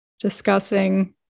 discussing